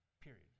period